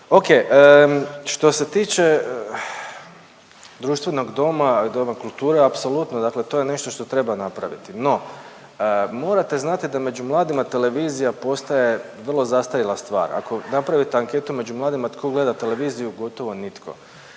Ok. Što se tiče društvenog doma, doma kulture apsolutno dakle to je nešto što treba napraviti no morate znati da među mladima televizija postaje vrlo zastarjela stvar. Ako napravite anketu među mladima tko gleda televiziju, gotovo nitko.